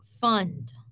fund